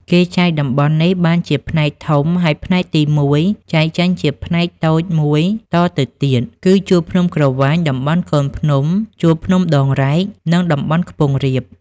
គេចែកតំបន់នេះបានជាផ្នែកធំ ហើយផ្នែកទីមួយ១ ចែកចេញជាផ្នែក តូច១តទៅទៀត គឺ ជួរភ្នំក្រវាញ តំបន់កូនភ្នំ ជួរភ្នំដងរែក និង តំបន់ខ្ពង់រាប ។